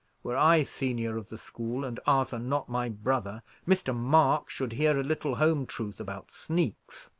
were i senior of the school, and arthur not my brother, mr. mark should hear a little home truth about sneaks.